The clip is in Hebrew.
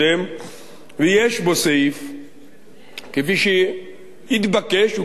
ויש בו סעיף כפי שהתבקש וכפי שביקשנו,